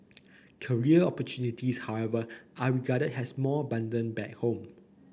career opportunities however are regarded as more abundant back home